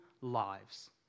lives